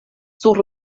sur